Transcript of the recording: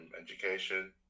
education